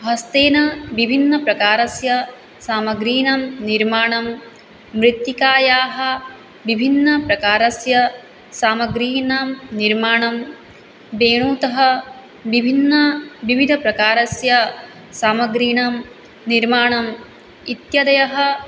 हस्तेन विभिन्नप्रकारस्य सामग्रीणां निर्माणं मृत्तिकायाः विभिन्नप्रकारस्य सामग्रीणां निर्माणं वेणुतः विभिन्नविविधप्रकारस्य सामग्रीणां निर्माणम् इत्यादयः